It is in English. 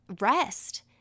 rest